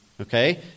Okay